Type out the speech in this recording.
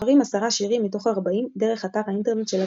שבוחרים עשרה שירים מתוך ארבעים דרך אתר האינטרנט של התחנה.